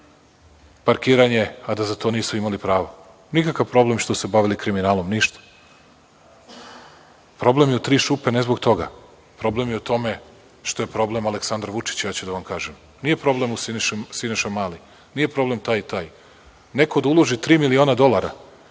parkiranje, a da za to nisu imali pravo. Nikakav problem što su se bavili kriminalom, ništa. Problem je u tri šupe ne zbog toga. Problem je u tome što je problem Aleksandar Vučić, ja ću da vam kažem. Nije problem Siniša Mali, nije problem taj i taj. Neko da uloži tri miliona dolara